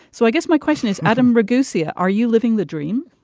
so i guess my question is, adam ragusa, are you living the dream?